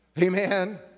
Amen